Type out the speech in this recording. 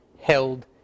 held